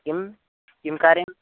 किं किं कार्यम्